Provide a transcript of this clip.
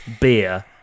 beer